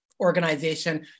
organization